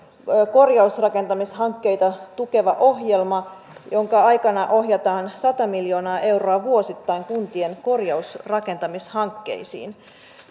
korjausrakentamishankkeita tukeva ohjelma jonka aikana ohjataan sata miljoonaa euroa vuosittain kuntien korjausrakentamishankkeisiin